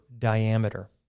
Diameter